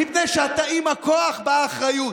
מפני שעם הכוח באה אחריות.